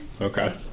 Okay